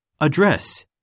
Address